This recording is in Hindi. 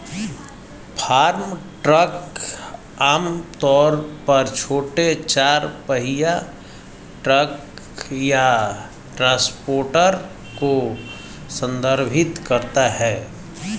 फार्म ट्रक आम तौर पर छोटे चार पहिया ट्रक या ट्रांसपोर्टर को संदर्भित करता है